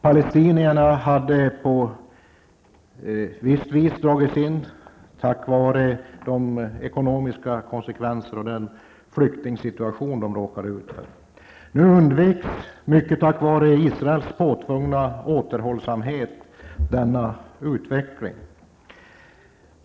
Palestinierna hade dragits in i konflikten på grund av de ekonomiska konsekvenser och den flyktingsituation de hade råkat ut för. Nu undveks, mycket tack vare Israels påtvingade återhållsamhet, denna utveckling.